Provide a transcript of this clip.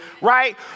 right